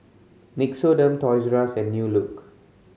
Nixoderm Toys R Us and New Look